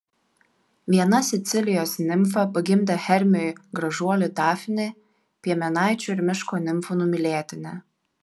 viena sicilijos nimfa pagimdė hermiui gražuolį dafnį piemenaičių ir miško nimfų numylėtinį